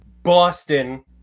Boston